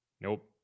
Nope